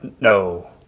no